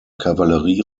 kavallerie